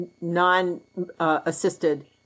non-assisted